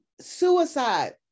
suicide